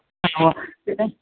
ആ ഉവ്വ് പിന്നെ